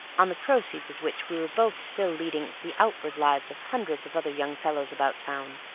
on the proceeds of which we were both still leading the outward lives of hundreds of other young fellows about town.